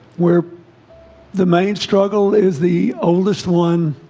where the main struggle is the oldest one